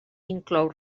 inclou